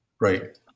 Right